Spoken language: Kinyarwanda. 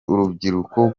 urubyiruko